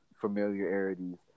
familiarities